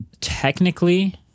Technically